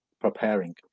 preparing